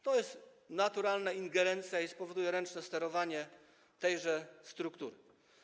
To jest naturalnie ingerencja i spowoduje to ręczne sterowanie tą strukturą.